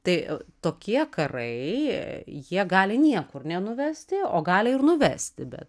tai tokie karai jie gali niekur nenuvesti o gali ir nuvesti bet